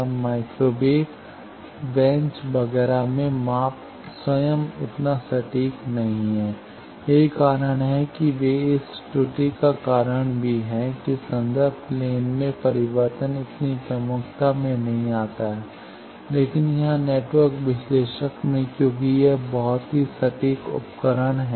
अब microwave bench वगैरह में माप स्वयं इतना सटीक नहीं है यही कारण है कि वे इस त्रुटि का कारण भी हैं कि संदर्भ प्लेन में परिवर्तन इतनी प्रमुखता में नहीं आता है लेकिन यहां नेटवर्क विश्लेषक में चूंकि यह एक बहुत ही सटीक उपकरण है